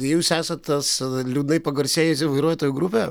jūs esat tas liūdnai pagarsėjusių vairuotojų grupė